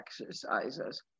exercises